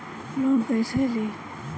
Loan कईसे ली?